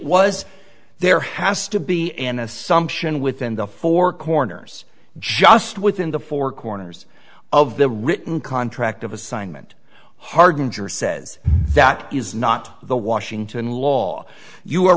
was there has to be an assumption within the four corners just within the four corners of the written contract of assignment hardinge or says that is not the washington law you